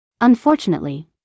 Unfortunately